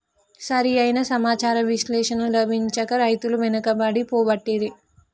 సరి అయిన సమాచార విశ్లేషణ లభించక రైతులు వెనుకబడి పోబట్టిరి